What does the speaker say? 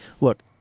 look